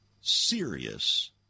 serious